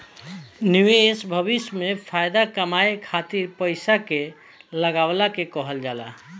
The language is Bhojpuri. निवेश भविष्य में फाएदा कमाए खातिर पईसा के लगवला के कहल जाला